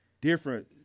different